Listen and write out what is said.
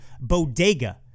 bodega